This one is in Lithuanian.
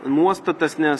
nuostatas nes